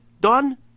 done